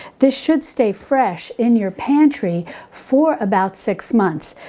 this should stay fresh in your pantry for about six months,